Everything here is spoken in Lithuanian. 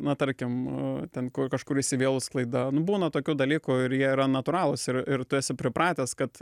na tarkim ten ku kažkur įsivėlus klaida būna tokių dalykų ir jie yra natūralūs ir ir tu esi pripratęs kad